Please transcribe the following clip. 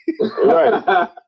Right